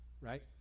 right